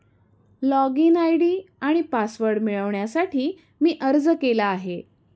login ID आणि password मिळवण्यासाठी मी अर्ज केला आहे